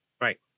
Right